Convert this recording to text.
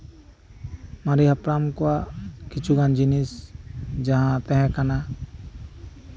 ᱢᱟᱨᱮ ᱦᱟᱯᱲᱟᱢ ᱠᱚᱣᱟᱜ ᱠᱤᱪᱷᱩᱜᱟᱱ ᱡᱤᱱᱤᱥ ᱡᱟᱦᱟᱸ ᱛᱟᱦᱮᱸ ᱠᱟᱱᱟ